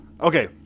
Okay